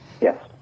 Yes